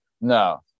No